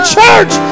church